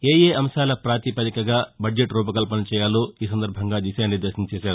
ఏయే అంశాల పాతిపదికగా బడ్జెట్ రూపకల్పన చేయాలో దిశానిర్దేశం చేశారు